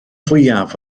fwyaf